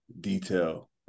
detail